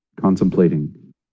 contemplating